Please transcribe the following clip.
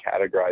categorize